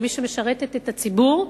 כמי שמשרתת את הציבור,